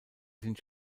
sind